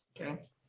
Okay